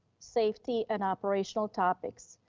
safety, and operational topics.